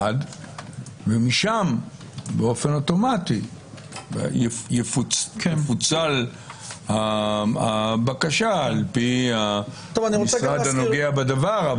ומשם באופן אוטומטי תפוצל הבקשה על-פי המשרד הנוגע בדבר,